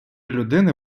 людини